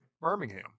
Birmingham